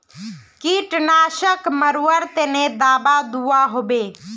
कीटनाशक मरवार तने दाबा दुआहोबे?